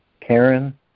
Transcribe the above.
Karen